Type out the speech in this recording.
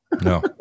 No